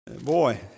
boy